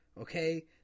Okay